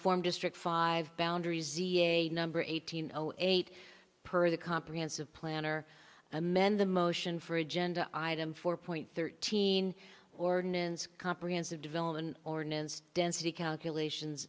form district five boundaries a number eight hundred eight per the comprehensive plan or amend the motion for agenda item four point thirteen ordinance comprehensive development ordinance density calculations